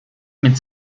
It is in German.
mit